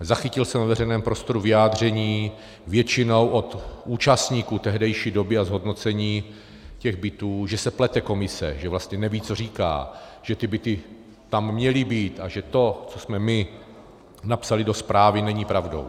Zachytil jsem ve veřejném prostoru vyjádření většinou od účastníků tehdejší doby a zhodnocení těch bytů, že se plete komise, že vlastně neví, co říká, že ty byty tam měly být a že to, co jsme my napsali do zprávy, není pravdou.